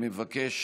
ארבל,